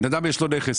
לבן אדם יש נכס,